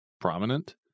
prominent